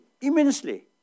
immensely